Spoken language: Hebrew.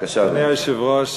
אדוני היושב-ראש,